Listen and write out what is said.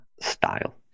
style